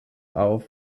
auf